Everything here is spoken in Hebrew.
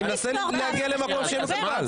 אני מנסה להגיע למשהו שיהיה מקובל.